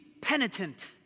penitent